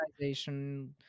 organization